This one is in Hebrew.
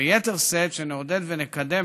וביתר שאת שנעודד ונקדם,